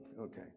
Okay